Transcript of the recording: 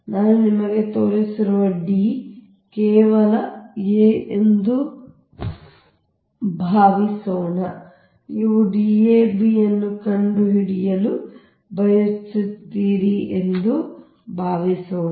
ನಾನು ನಿಮಗೆ ತೋರಿಸುತ್ತಿರುವ D ಕೇವಲ a ಎಂದು ಭಾವಿಸೋಣ ನೀವು Dab ಅನ್ನು ಕಂಡುಹಿಡಿಯಲು ಬಯಸುತ್ತೀರಿ ಎಂದು ಭಾವಿಸೋಣ